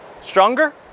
stronger